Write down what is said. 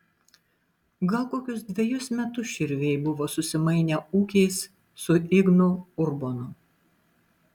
gal kokius dvejus metus širviai buvo susimainę ūkiais su ignu urbonu